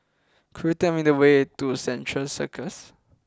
could you tell me the way to Central Circus